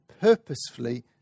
purposefully